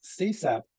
CSAP